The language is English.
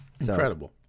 incredible